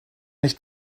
nicht